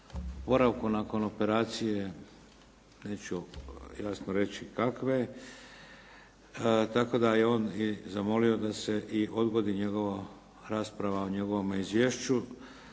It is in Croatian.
oporavku nakon operacije, neću jasno reći kakve, tako da je on i zamolio da se i odgodi rasprava o njegovom izvješću